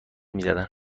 میزدن